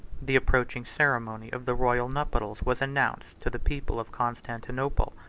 the approaching ceremony of the royal nuptials was announced to the people of constantinople,